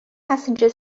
passenger